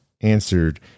answered